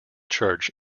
church